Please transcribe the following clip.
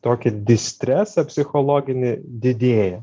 tokį distresą psichologinį didėja